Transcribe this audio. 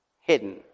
hidden